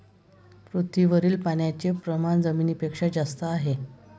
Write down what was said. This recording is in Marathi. पृथ्वीवरील पाण्याचे प्रमाण जमिनीपेक्षा जास्त आहे